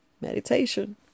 meditation